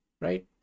right